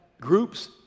groups